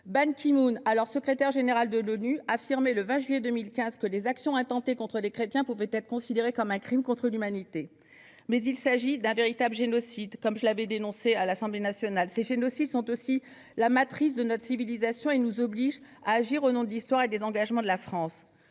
Ban Ki-moon, alors secrétaire général de l'ONU, affirmait le 20 juillet 2015 que les actions intentées contre les chrétiens pouvaient être considérées comme un crime contre l'humanité. Mais il s'agit aussi d'un véritable génocide, comme je l'avais dénoncé à l'Assemblée nationale. Ces génocides sont aussi la matrice de notre civilisation et nous obligent à agir au nom de l'histoire et des engagements de la France.